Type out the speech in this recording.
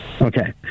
Okay